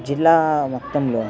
జిల్లా మొత్తంలో